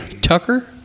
Tucker